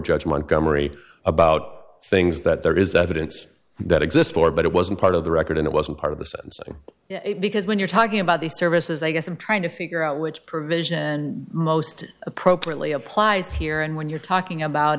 judge montgomery about things that there is evidence that exists for but it wasn't part of the record and it wasn't part of the sentencing because when you're talking about these services i guess i'm trying to figure out which provision most appropriately applies here and when you're talking about